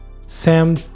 Sam